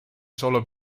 solo